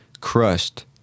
Crushed